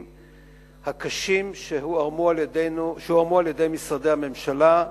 הקשים שהוערמו על-ידי משרדי הממשלה.